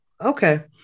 Okay